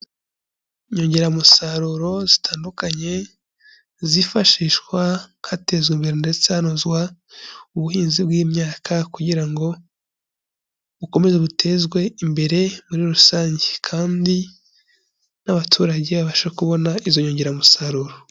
Inyongeramusaruro zitandukanye, zifashishwa hatezwa imbere ndetse hanozwa ubuhinzi bw'imyaka, kugira ngo bukomeze butezwe imbere muri rusange, kandi n'abaturage babashe kubona izo nyongeramusaruro.